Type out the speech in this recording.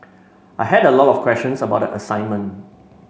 I had a lot of questions about assignment